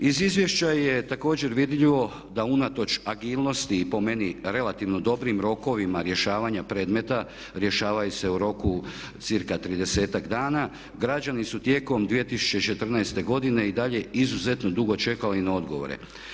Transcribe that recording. I izvješća je također vidljivo da unatoč agilnosti i po meni relativno dobrim rokovima rješavanja predmeta rješavaju se u roku cca 30-ak dana građani su tijekom 2014. godine i dalje izuzetno dugo čekali na odgovore.